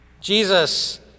Jesus